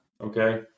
Okay